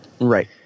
Right